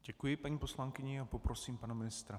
Děkuji paní poslankyni a prosím pana ministra.